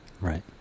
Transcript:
Right